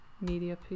media